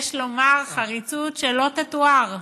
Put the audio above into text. יש לומר, חריצות שלא תתואר,